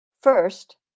First